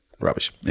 Rubbish